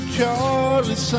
Charlie